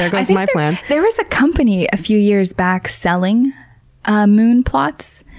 there goes my plan. there was a company a few years back selling ah moon plots.